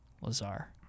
Lazar